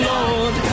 Lord